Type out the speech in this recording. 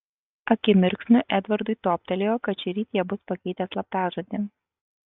akimirksniu edvardui toptelėjo kad šįryt jie bus pakeitę slaptažodį